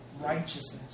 righteousness